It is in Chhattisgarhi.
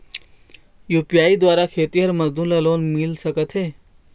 यू.पी.आई द्वारा खेतीहर मजदूर ला लोन मिल सकथे?